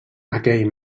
aquell